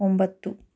ಒಂಬತ್ತು